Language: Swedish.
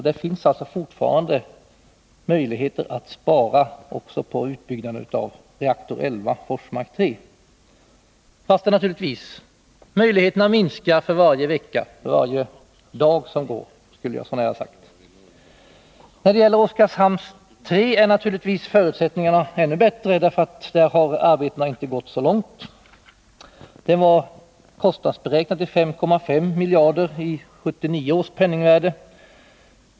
Det finns alltså fortfarande möjligheter att spara på utbyggnaden av reaktor 11, Forsmark 3, fast möjligheterna naturligtvis minskar för varje vecka — för varje dag, hade jag så när sagt. När det gäller Oskarshamn 3 är naturligtvis förutsättningarna att spara ännu bättre, eftersom arbetena inte kommit så långt där. Reaktorn har kostnadsberäknats till 5,5 miljarder i 1979 års penningvärde.